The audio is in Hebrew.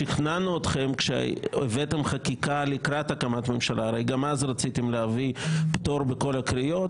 גם כשהבאתם חקיקה לקראת הקמת הממשלה רציתם להביא פטור בכל הקריאות,